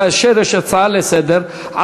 כאשר יש הצעה לסדר-היום,